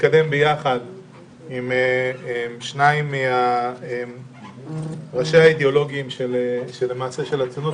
להתקדם ביחד עם שניים מראשיה האידיאולוגיים של הציונות.